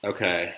Okay